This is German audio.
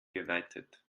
geweitet